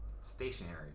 stationary